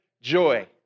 joy